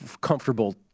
comfortable